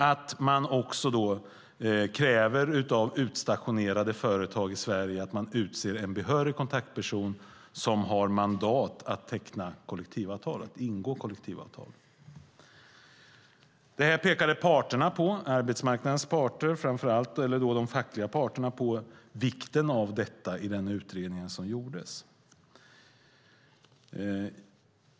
Det innebär att man ska kräva av utstationerade företag i Sverige att de utser en behörig kontaktperson som har mandat att ingå kollektivavtal. Arbetsmarknadens parter, och framför allt de fackliga parterna, pekade på vikten av detta i den utredning som gjordes.